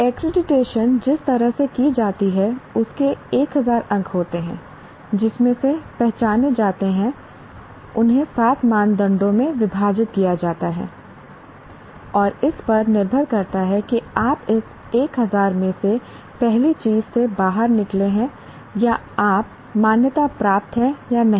accreditation जिस तरह से की जाती है उसके 1000 अंक होते हैं जिसमें से पहचाने जाते हैं उन्हें 7 मानदंडों में विभाजित किया जाता है और इस पर निर्भर करता है कि आप इस 1000 में से पहली चीज से बाहर निकले हैं या आप मान्यता प्राप्त हैं या नहीं